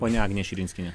ponia agne širinskiene